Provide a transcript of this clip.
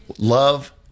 love